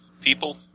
people